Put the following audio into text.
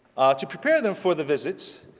to prepare them for the visit,